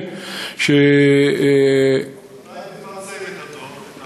מתי אתה תפרסם את הדוח,